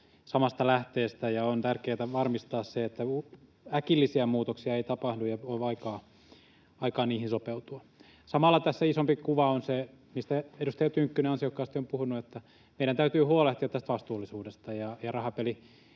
samasta lähteestä, ja on tärkeätä varmistaa se, että äkillisiä muutoksia ei tapahdu ja että on aikaa niihin sopeutua. Samalla tässä isompi kuva on se, mistä edustaja Tynkkynen ansiokkaasti on puhunut, että meidän täytyy huolehtia tästä vastuullisuudesta ja